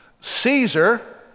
Caesar